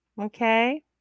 Okay